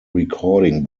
recording